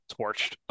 torched